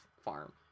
farm